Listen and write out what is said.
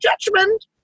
judgment